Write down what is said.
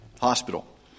hospital